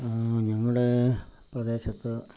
ഞങ്ങളുടെ പ്രദേശത്ത്